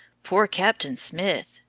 poor captain smith!